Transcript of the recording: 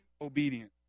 obedient